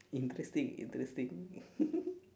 interesting interesting